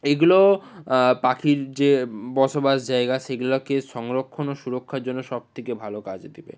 এইগুলো পাখির যে বসবাস জায়গা সেগুলোকে সংরক্ষণ ও সুরক্ষার জন্য সবথেকে ভালো কাজে দেবে